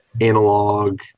analog